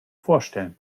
vorstellen